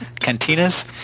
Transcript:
cantinas